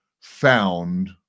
found